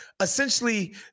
essentially